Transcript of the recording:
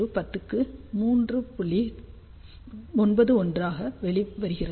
91 ஆக வெளிவருகிறது